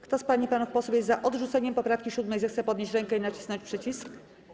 Kto z pań i panów posłów jest za odrzuceniem poprawki 7., zechce podnieść rękę i nacisnąć przycisk.